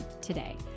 today